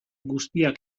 guztiak